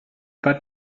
pas